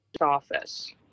office